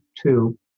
two